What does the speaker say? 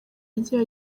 yagiye